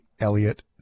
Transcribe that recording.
Elliot